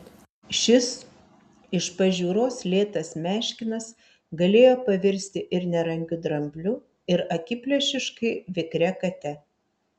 šis iš pažiūros lėtas meškinas galėjo pavirsti ir nerangiu drambliu ir akiplėšiškai vikria kate